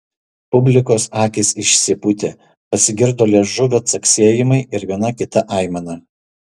publikos akys išsipūtė pasigirdo liežuvio caksėjimai ir viena kita aimana